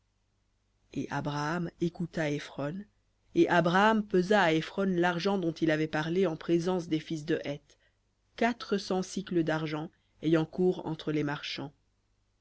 et abraham écouta éphron et abraham pesa à éphron l'argent dont il avait parlé en présence des fils de heth quatre cents sicles d'argent ayant cours entre les marchands